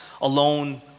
alone